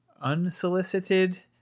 unsolicited